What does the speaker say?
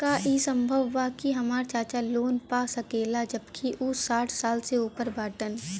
का ई संभव बा कि हमार चाचा लोन पा सकेला जबकि उ साठ साल से ऊपर बाटन?